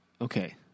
Okay